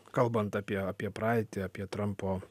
kalbant apie apie praeitį apie trampo